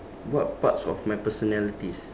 what parts of my personalities